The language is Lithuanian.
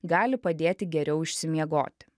gali padėti geriau išsimiegoti